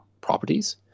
properties